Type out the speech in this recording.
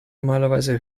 normalerweise